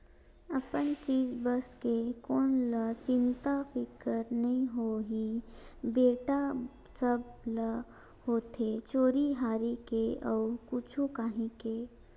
अपन चीज बस के कोन ल चिंता फिकर नइ होही बेटा, सब ल होथे चोरी हारी के अउ कुछु काही के